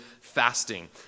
fasting